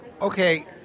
okay